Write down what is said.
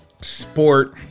sport